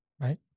right